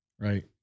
right